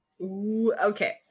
Okay